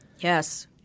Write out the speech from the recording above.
Yes